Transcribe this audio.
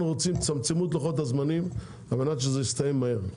אנחנו רוצים שתצמצמו את לוחות הזמנים על מנת שזה יסתיים מהר.